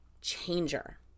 changer